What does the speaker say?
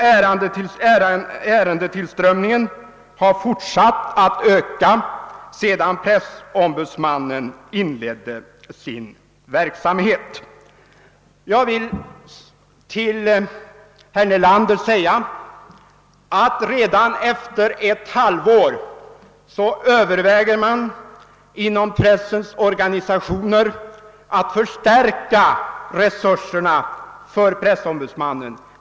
Ärendetillströmningen har fortsatt att öka sedan pressombudsmannen inledde sin verksamhet. Jag vill till herr Nelander säga att man redan efter ett halvår inom pres: sens organisationer överväger att förstärka resurserna för pressombudsmannen.